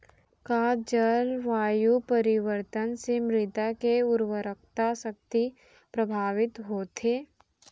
का जलवायु परिवर्तन से मृदा के उर्वरकता शक्ति प्रभावित होथे?